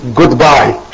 goodbye